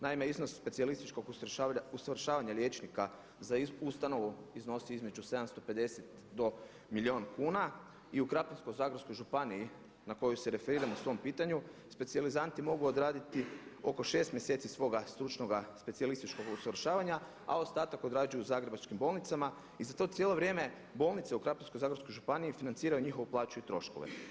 Naime, iznos specijalističkog usavršavanja liječnika za ustanovu iznosi između 750 do milijun kuna i u Krapinsko-zagorskoj županiji na koju se referiram u svom pitanju, specijalizanti mogu odraditi oko 6 mjeseci svoga stručnoga specijalističkog usavršavanja a ostatak odrađuju u zagrebačkim bolnicama i za to cijelo vrijeme bolnice u Krapinsko-zagorskoj županiji financiraju njihovu plaću i troškove.